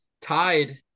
tied